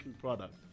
product